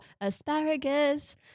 asparagus